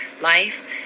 life